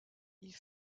ils